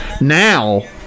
Now